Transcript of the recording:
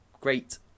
great